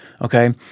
okay